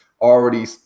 already